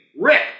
Rick